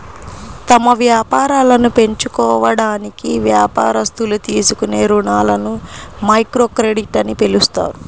తమ వ్యాపారాలను పెంచుకోవడానికి వ్యాపారస్తులు తీసుకునే రుణాలని మైక్రోక్రెడిట్ అని పిలుస్తారు